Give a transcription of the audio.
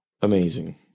amazing